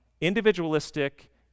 individualistic